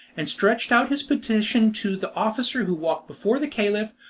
and stretched out his petition to the officer who walked before the caliph,